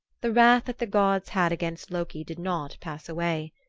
the wrath that the gods had against loki did not pass away.